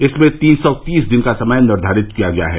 इसमें तीन सौ तीस दिन का समय निर्धारित किया गया है